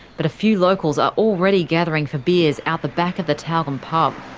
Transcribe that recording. but a few locals are already gathering for beers out the back of the tyalgum pub.